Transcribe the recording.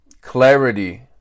clarity